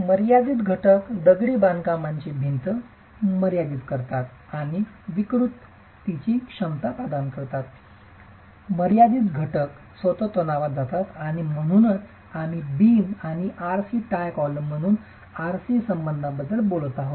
मर्यादित घटक दगडी बांधकामाची भिंत मर्यादित करतात आणि विकृतीची क्षमता प्रदान करतात मर्यादित घटक स्वतः तणावात जातात आणि म्हणूनच आम्ही बीम आणि RC टाय कॉलम म्हणून RC संबंधांबद्दल बोलत आहोत